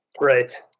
Right